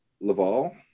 Laval